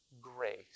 grace